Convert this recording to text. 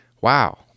wow